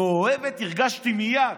מאוהבת הרגשתי מייד,